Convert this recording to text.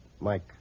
Mike